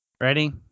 Ready